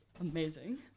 Amazing